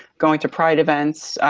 going to pride events.